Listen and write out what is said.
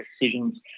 decisions